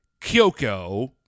Kyoko